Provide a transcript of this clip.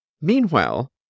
Meanwhile